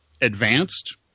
advanced